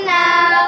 now